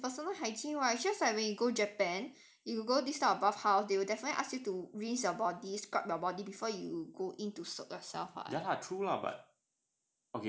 this type of thing is personal hygiene [what] it's just like when you go japan if you go this type of bathhouse they will definitely ask you to rinse your body scrub your body before you go in to soak yourself [what]